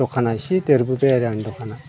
दखाना एसे देरबोबाय आरो आंनि दखाना